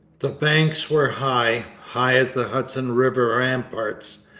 the banks were high, high as the hudson river ramparts,